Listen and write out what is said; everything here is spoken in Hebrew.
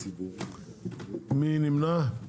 מי נמנע?